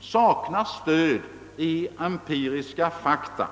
saknar stöd i empiriska fakta.